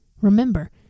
Remember